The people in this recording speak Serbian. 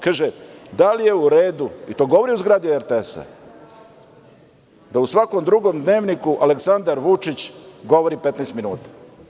Kaže - da li je u redu, i to govori u zgradi RTS-a, da u svakom drugom dnevniku Aleksandar Vučić govori 15 minuta.